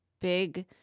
big